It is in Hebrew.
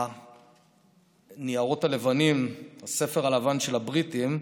הניירות הלבנים, הספר הלבן של הבריטים,